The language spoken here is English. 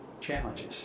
challenges